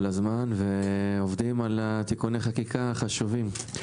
ועובדים על תיקוני חקיקה חשובים.